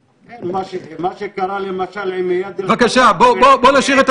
הם נותנים לנו נתונים, אני מבקש להבין.